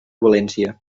valència